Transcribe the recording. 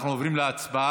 אנחנו עוברים להצבעה.